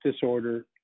disorder